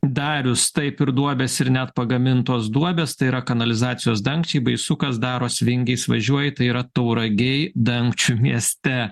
darius taip ir duobės ir net pagamintos duobės tai yra kanalizacijos dangčiai baisu kas darosi vingiais važiuoji tai yra tauragėj dangčių mieste